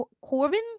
Corbin